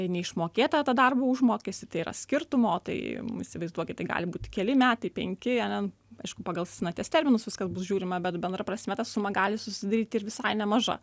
neišmokėtą tą darbo užmokestį tai yra skirtumo o tai įsivaizduokit tai gali būti keli metai penki ane aišku pagal senaties terminus viskas bus žiūrima bet bendra prasme ta suma gali susidaryti ir visai nemaža